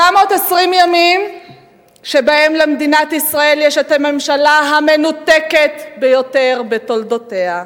720 ימים שבהם למדינת ישראל יש הממשלה המנותקת ביותר בתולדותיה.